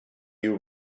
you